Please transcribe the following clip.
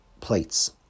plates